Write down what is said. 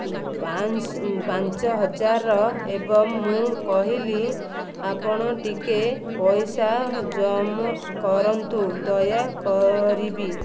ପାଂଶ ପାଞ୍ଚ ହଜାର ଏବଂ ମୁଁ କହିଲି ଆପଣ ଟିକେ ପଇସା କମ କରନ୍ତୁ ଦୟା କରିବି